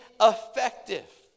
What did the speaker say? effective